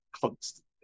constantly